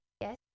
Yes